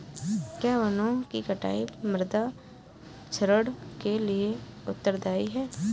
क्या वनों की कटाई मृदा क्षरण के लिए उत्तरदायी है?